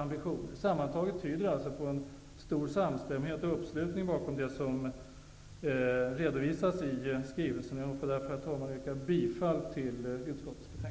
ambitioner. Sammantaget tyder allt på en stor samstämmighet och uppslutning bakom det som redovisas i skrivelsen. Herr talman! Jag yrkar bifall till utskottets hemställan.